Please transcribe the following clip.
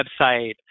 website